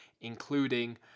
including